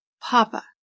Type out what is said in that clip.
Papa